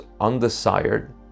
undesired